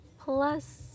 Plus